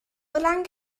lange